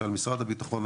שעל משרד הביטחון,